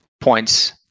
points